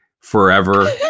forever